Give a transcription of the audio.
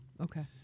Okay